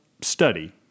study